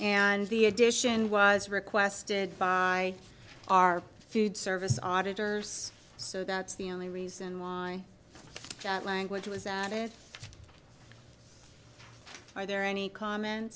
and the addition was requested by our food service auditors so that's the only reason why language was at it are there any comments